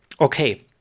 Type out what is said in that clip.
Okay